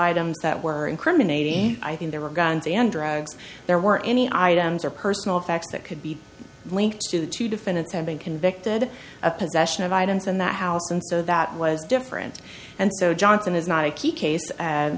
items that were incriminating i think there were guns and drugs there were any items or personal effects that could be linked to two defendants have been convicted of possession of items in that house and so that was different and so johnson is not a key case